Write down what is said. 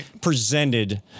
presented